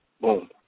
boom